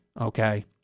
okay